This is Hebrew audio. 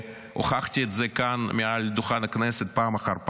והוכחתי את זה כאן מעל דוכן הכנסת פעם אחר פעם,